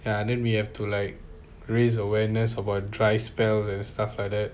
ya and then we have to like raise awareness about dry spells and stuff like that